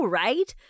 right